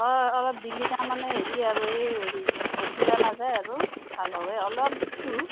অঁ অলপ দিলে তাৰমানে হেৰি আৰু এই ভেঁকুৰি নাযায় আৰু ভাল হয় অলপ দিছোঁ